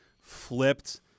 flipped